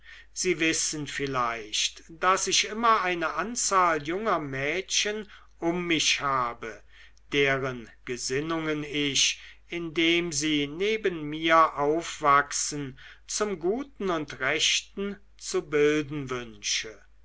sie wissen vielleicht daß ich immer eine anzahl junger mädchen um mich habe deren gesinnungen ich indem sie neben mir aufwachsen zum guten und rechten zu bilden wünsche